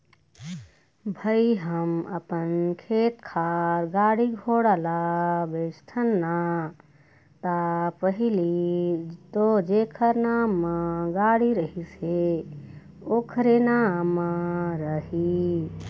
भई हम अपन खेत खार, गाड़ी घोड़ा ल बेचथन ना ता पहिली तो जेखर नांव म गाड़ी रहिस हे ओखरे नाम म रही